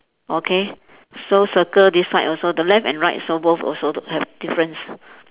okay so circle this side also the left and right so both also d~ have difference